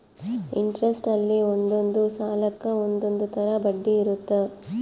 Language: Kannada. ಇಂಟೆರೆಸ್ಟ ಅಲ್ಲಿ ಒಂದೊಂದ್ ಸಾಲಕ್ಕ ಒಂದೊಂದ್ ತರ ಬಡ್ಡಿ ಇರುತ್ತ